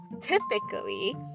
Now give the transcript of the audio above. Typically